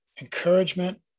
encouragement